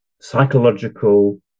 psychological